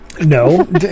No